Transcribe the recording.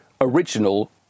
original